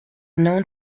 known